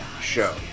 show